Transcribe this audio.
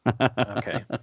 okay